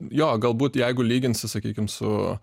jo galbūt jeigu lyginsi sakykim su